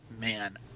Man